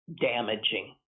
damaging